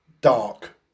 dark